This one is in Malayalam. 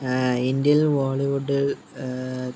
ഇന്ത്യയിൽ ബോളിവുഡിൽ